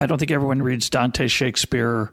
i don't think everyone reads Dante, Shakespeare...